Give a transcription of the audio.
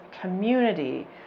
community